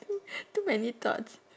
too too many thoughts